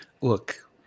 Look